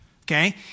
Okay